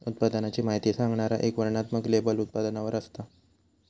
उत्पादनाची माहिती सांगणारा एक वर्णनात्मक लेबल उत्पादनावर असता